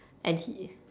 and he